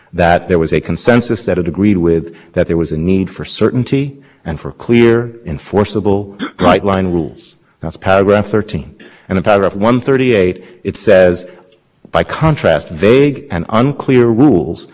standard which removes any level of certainty that is provided by the three bright line rules because when the chairman was asked what does the internet conduct standard prohibit he says i don't know that's there because we don't know today what we might want to